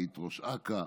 היית ראש אכ"א.